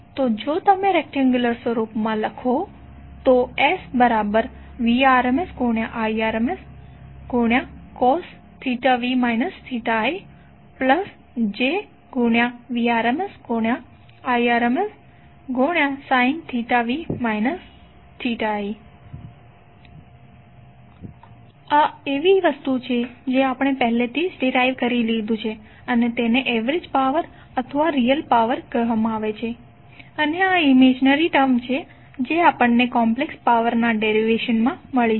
તો જો તમે રેક્ટએંગ્યુલર સ્વરૂપમાં લખો તો SVrms Irmscosv ijVrms Irmssinv i આ એવી વસ્તુ છે જે આપણે પહેલેથી જ ડિરાઇવ કરી લીધુ છે અને તેને એવરેજ પાવર અથવા રીયલ પાવર કહેવામાં આવે છે અને આ ઈમેજીનરી ટર્મ છે જે આપણને કોમ્પ્લેક્સ પાવર ના ડેરીવેશનમાં મળી છે